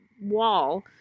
wall